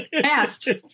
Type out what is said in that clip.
past